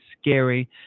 scary